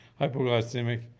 hypoglycemic